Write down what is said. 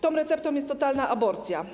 Tą receptą jest totalna aborcja.